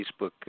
facebook